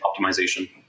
optimization